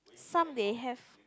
some they have